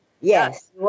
Yes